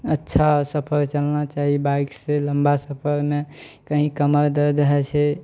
अच्छा सफर चलना चाही बाइकसँ लम्बा सफरमे कहीं कमर दर्द होइ छै